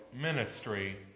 ministry